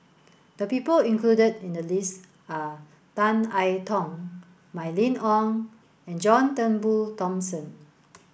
the people included in the list are Tan I Tong Mylene Ong and John Turnbull Thomson